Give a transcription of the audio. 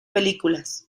películas